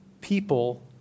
people